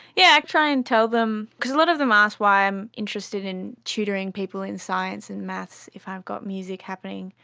yeah try and tell them, because a lot of them ask why i'm interested in tutoring people in science and maths if i've got music happening,